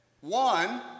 One